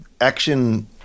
action